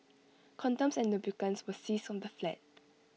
condoms and lubricants were seized from the flat